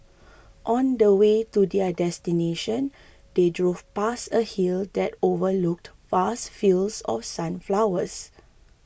on the way to their destination they drove past a hill that overlooked vast fields of sunflowers